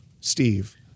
Steve